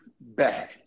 bad